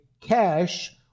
cash